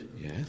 Yes